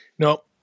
No